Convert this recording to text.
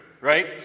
Right